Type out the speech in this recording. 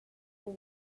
who